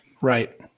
right